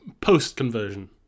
post-conversion